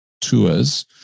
tours